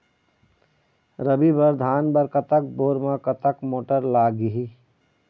रबी बर धान बर कतक बोर म कतक मोटर लागिही?